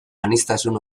aniztasun